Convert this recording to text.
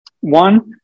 One